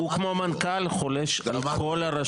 הוא כמו מנכ"ל, חולש על כל הרשות.